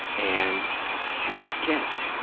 and we just kissed.